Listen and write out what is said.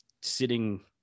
sitting